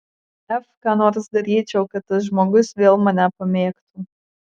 f ką nors daryčiau kad tas žmogus vėl mane pamėgtų